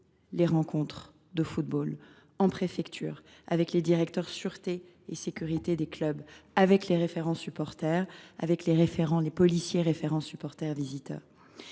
les rencontres de football en préfecture, avec les directeurs de la sûreté et de la sécurité des clubs, les référents supporters et les policiers référents supporters visiteurs.